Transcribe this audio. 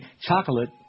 chocolate